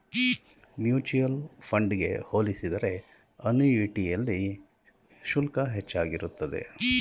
mutual fund ಗೆ ಹೋಲಿಸಿದರೆ ಅನುಯಿಟಿಯ ಶುಲ್ಕ ಹೆಚ್ಚಾಗಿರುತ್ತದೆ